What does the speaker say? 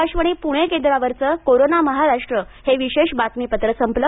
आकाशवाणी पूणे केंद्रावरचं कोरोना महाराष्ट्र हे विशेष बातमीपत्र संपलं